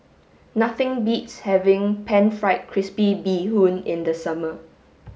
nothing beats having pan fried crispy bee hoon in the summer